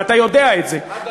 ואתה יודע את זה,